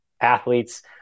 athletes